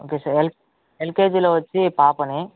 okay sir L ఎల్కేజీలో వచ్చి పాపని